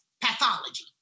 pathology